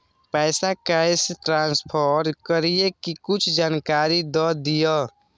पैसा cash transfer करऐ कि कुछ जानकारी द दिअ